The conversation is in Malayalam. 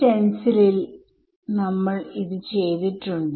ഇതിന്റെ സൊല്യൂഷൻ എന്താണ് എനിക്കറിയാം